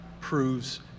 proves